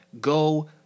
Go